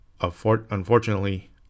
Unfortunately